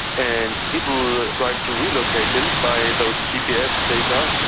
and people tried to relocate him by those gps data.